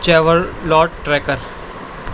Chevrolet tracker